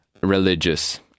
religious